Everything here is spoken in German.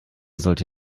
sollte